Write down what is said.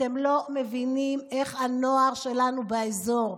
אתם לא מבינים איך הנוער שלנו באזור,